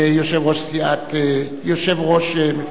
יושב-ראש מפלגת קדימה,